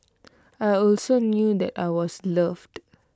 I also knew that I was loved